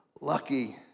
lucky